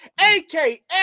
AKA